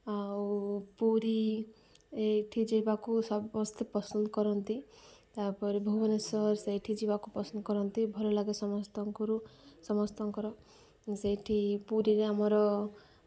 ଆଉ ପୁରୀ ଏଇଠି ଯିବାକୁ ସମସ୍ତେ ପସନ୍ଦ କରନ୍ତି ତା'ପରେ ଭୁବନେଶ୍ୱର ସେଇଠି ଯିବାକୁ ପସନ୍ଦ କରନ୍ତି ଭଲ ଲାଗେ ସମସ୍ତଙ୍କରୁ ସମସ୍ତଙ୍କର ସେଇଠି ପୁରୀରେ ଆମର